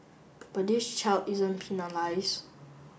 but this child isn't penalise